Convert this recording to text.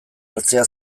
hartzea